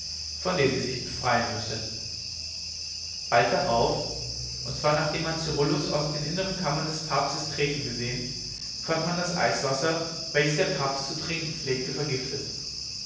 von der sie sich befreien müsse bald darauf und zwar nachdem man cyrillus aus den innern kammern des papstes treten gesehen fand man das eiswasser welches der papst zu trinken pflegte vergiftet